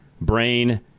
brain